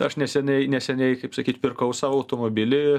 aš neseniai neseniai kaip sakyt pirkau savo automobilį